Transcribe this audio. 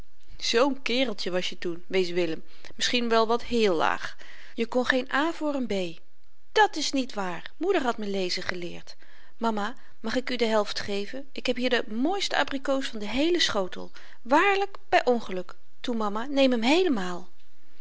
z'n kereltje was je toen wees willem misschien wel wat héél laag je kon geen a voor n b dàt is niet waar moeder had me lezen geleerd mama mag ik u de helft geven ik heb hier de mooiste abrikoos van den heelen schotel waarlyk by ongeluk toe mama neem hem heelemaal